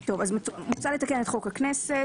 מוצע לתקן את חוק הכנסת